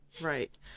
Right